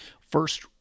first